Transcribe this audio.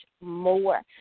more